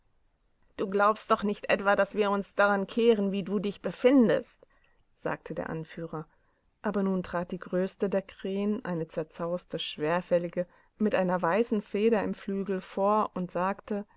du glaubst doch nicht etwa daß wir uns daran kehren wie du dich befindest sagte der anführer aber nun trat die größte der krähen eine zerzauste schwerfällige mit einer weißen feder im flügel vor und sagte